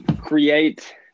create